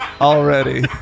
Already